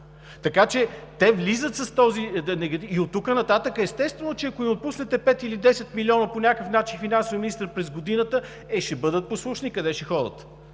този негативен… И оттук нататък, естествено, ако им отпусне 5 или 10 милиона по някакъв начин финансовият министър през годината – е, ще бъдат послушни, къде ще ходят,